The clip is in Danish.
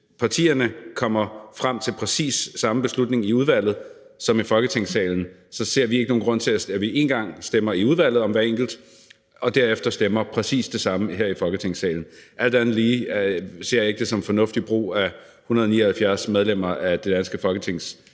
hvis partierne kommer frem til præcis samme beslutning i udvalget som i Folketingssalen, så ser vi ikke nogen grund til, at vi stemmer én gang i udvalget om hver enkelt og derefter stemmer præcis det samme her i Folketingssalen. Alt andet lige ser jeg ikke det som en fornuftig brug af 179 medlemmer af det danske Folketings